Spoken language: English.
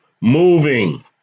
moving